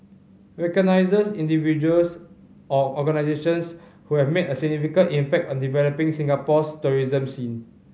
recognises individuals or organisations who have made a significant impact on developing Singapore's tourism scene